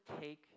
take